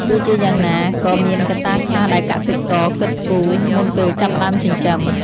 ទោះជាយ៉ាងណា ក៏មានកត្តាខ្លះដែលកសិករគិតគូរមុនពេលចាប់ផ្ដើមចិញ្ចឹម។